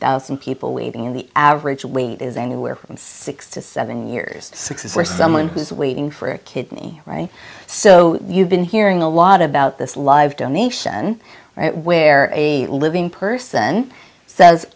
thousand people waiting in the average wait is anywhere from six to seven years six is where someone who's waiting for a kidney right so you've been hearing a lot about this live donation where a living person says